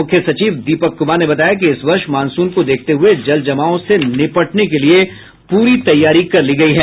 मुख्य सचिव दीपक कुमार ने बताया कि इस वर्ष मॉनसून को देखते हुये जलजमाव से निपटने के लिये पूरी तैयारी कर ली गयी है